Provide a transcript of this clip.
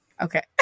Okay